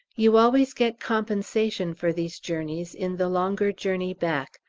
you always get compensation for these journeys in the longer journey back,